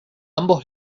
ambos